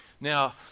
Now